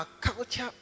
culture